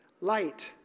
light